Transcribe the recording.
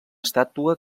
estàtua